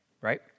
Right